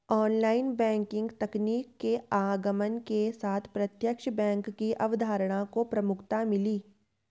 online banking तकनीक के आगमन के साथ प्रत्यक्ष बैंक की अवधारणा को प्रमुखता मिली